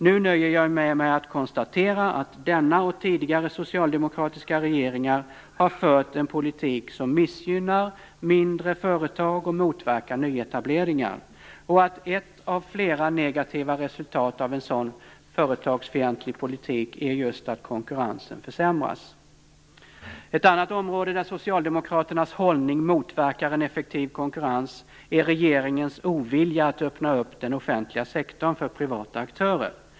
Nu nöjer jag mig med att konstatera att denna och tidigare socialdemokratiska regeringar har fört en politik som missgynnar mindre företag och motverkar nyetableringar och att ett av flera negativa resultat av en sådan företagsfientlig politik är just att konkurrensen försämras. Ett annat område där Socialdemokraternas hållning motverkar en effektiv konkurrens är regeringens ovilja att öppna den offentliga sektorn för privata aktörer.